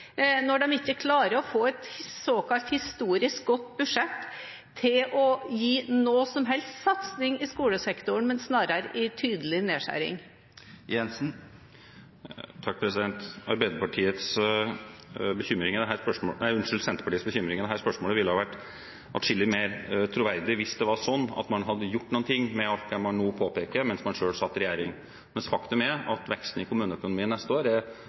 når de ikke klarer å få et såkalt historisk godt budsjett til å gi noe som helst satsing i skolesektoren, men snarere en tydelig nedskjæring? Senterpartiets bekymring i dette spørsmålet ville ha vært atskillig mer troverdig hvis det var sånn at man hadde gjort noe med alt det man nå påpeker, mens man selv satt i regjering. Men faktum er at veksten i kommuneøkonomien neste år er